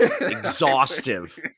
Exhaustive